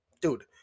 dude